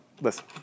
listen